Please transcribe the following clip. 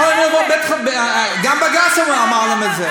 הם יכולים לבוא, גם בג"ץ אמר להם את זה.